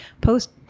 post